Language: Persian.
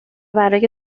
برای